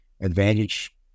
advantage